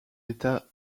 états